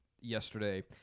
yesterday